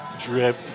drip